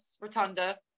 Rotunda